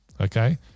Okay